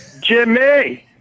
Jimmy